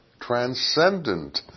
transcendent